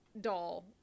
doll